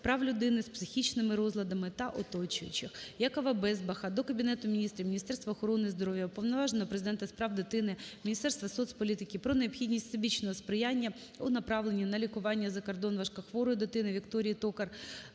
прав людини з психічними розладами та оточуючих. Якова Безбаха до Кабінету Міністрів, Міністерства охорони здоров'я, Уповноваженого Президента з прав дитини, Міністерства соцполітики про необхідність всебічного сприяння у направленні на лікування за кордон важкохворої дитини Вікторії Токар